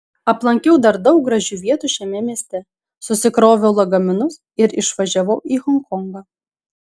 aplankiau dar daug gražių vietų šiame mieste susikroviau lagaminus ir išvažiavau į honkongą